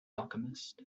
alchemist